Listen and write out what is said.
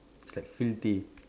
it's like filthy